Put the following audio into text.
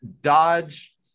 Dodge